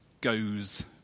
goes